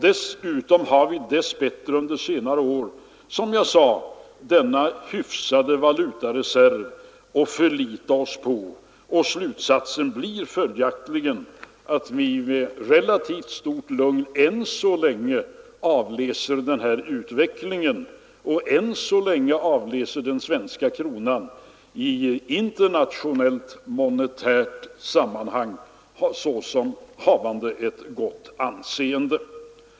Dessutom har vi dess bättre under senare år, som jag sade, haft en hyfsad valutareserv att förlita oss på. Vi avläser därför än så länge med relativt lugn den här utvecklingen. Den svenska kronan har i internationellt, monetärt sammanhang ett gott anseende.